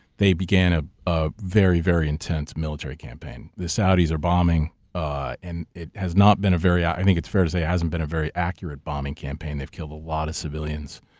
they began a a very very intense military campaign. the saudis are bombing ah and it has not be a very. i think it's fair to say, it hasn't been a very accurate bombing campaign. they've killed a lot of civilians.